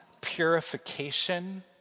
purification